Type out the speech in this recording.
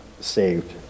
saved